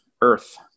earth